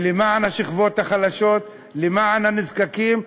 ולמען השכבות החלשות, למען הנזקקים.